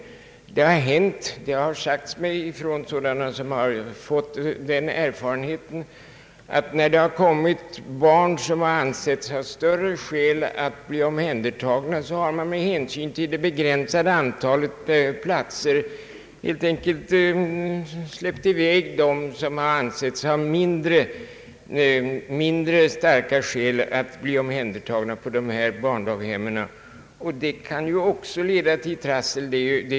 Jag har hört av sådana som fått den erfarenheten, att när det kommit harn som ansetts ha större behov att bli omhändertagna har man med hänsyn till det begränsade antalet platser helt enkelt släppt i väg dem som ansetts ha mindre starkt behov att bli omhändertagna på dessa barndaghem. Det kan ju också leda till trassel.